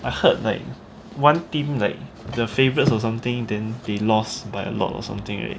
I heard like one team like the favourites or something then they lost by a lot or something right